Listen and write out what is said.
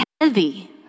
heavy